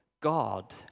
God